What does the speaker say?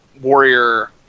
Warrior